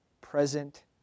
present